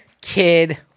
kid